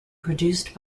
produced